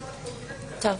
בסדר.